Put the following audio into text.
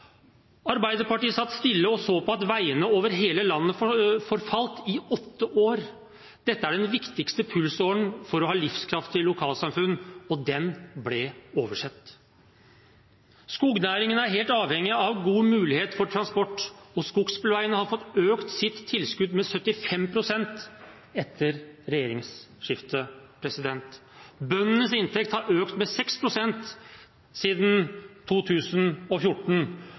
Arbeiderpartiet satt stille i åtte år og så på at veiene over hele landet forfalt. Dette er den viktigste pulsåren for å ha livskraftige lokalsamfunn, og den ble oversett. Skognæringen er helt avhengig av god mulighet for transport, og skogsbilveiene har fått økt sitt tilskudd med 75 pst. etter regjeringsskiftet. Bøndenes inntekt har økt med 6 pst. siden 2014,